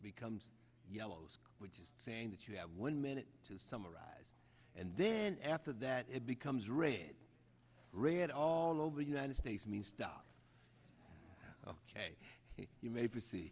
becomes yellows which is saying that you have one minute to summarize and then after that it becomes red red all over the united states mean stuff ok you may